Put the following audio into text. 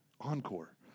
Encore